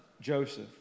Joseph